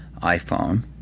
iPhone